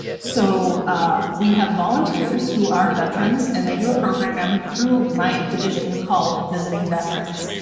so we have volunteers who are veterans and they do a program through my division called visiting veterans.